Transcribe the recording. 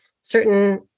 certain